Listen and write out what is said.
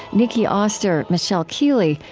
nicki oster, michelle keeley,